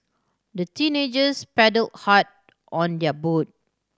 the teenagers paddle hard on their boat